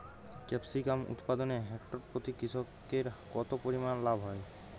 Capsicum উৎপাদনে hectare প্রতি কৃষকের কত পরিমান লাভ হয়?